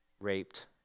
raped